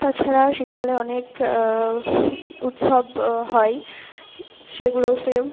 তাছাড়া শীতকালে অনেক উৎসব হয় সেগুলোতেও